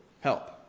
help